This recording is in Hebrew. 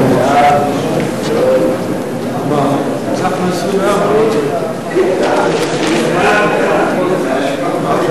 מס ערך מוסף (תיקון מס' 39), התשע"א 2010, נתקבל.